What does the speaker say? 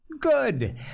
Good